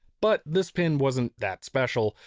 but this pin wasn't that special,